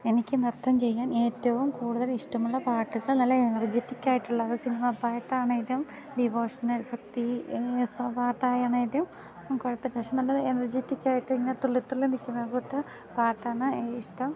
എനിക്ക് നൃത്തം ചെയ്യാൻ ഏറ്റവും കൂടുതൽ ഇഷ്ടമുള്ള പാട്ടുകൾ നല്ല എനർജെറ്റിക്ക് ആയിട്ടുള്ളത് സിനിമ പാട്ടാണേലും ഡിവോഷണൽ ഭക്തി പാട്ടായാണെങ്കിലും കുഴപ്പം ഇല്ല പക്ഷേ നല്ല എനർജെറ്റിക്ക് ആയിട്ട് ഇങ്ങനെ തുള്ളിത്തുള്ളി നിൽക്കുന്ന കൂട്ട് പാട്ടാണ് എനിക്കിഷ്ടം